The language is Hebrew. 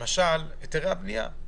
למשל, היתרי הבנייה.